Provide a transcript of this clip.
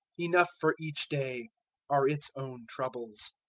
enough for each day are its own troubles.